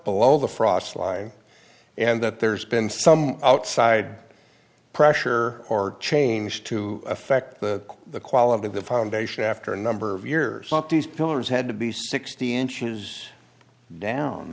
below the frost lie and that there's been some outside pressure or change to affect the quality of the foundation after a number of years not these pillars had to be sixty inches down